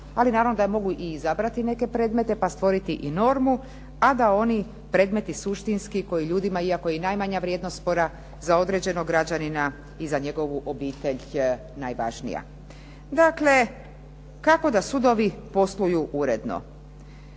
ali naravno da mogu izabrati neke predmete pa stvoriti i normu a da oni predmeti suštinski koji ljudima, iako i najmanja vrijednost spora, za određenog građanina i za njegovu obitelj najvažnija. Dakle, kako da sudovi posluju uredno.